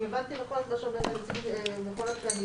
אם הבנתי נכון את מה שאמר נציג מכון התקנים,